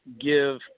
give